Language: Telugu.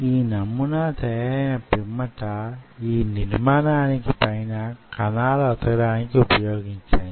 ఈ నమూనా తయారైన పిమ్మట యీ నిర్మాణానికి పైన కణాలు అతకడానికి ఉపయోగించండి